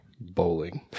bowling